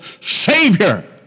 savior